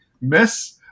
Miss